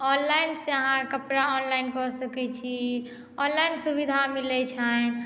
ऑनलाइनसँ अहाँ कपड़ा ऑनलाइन कऽ सकैत छी ऑनलाइन सुविधा मिलैत छनि